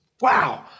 Wow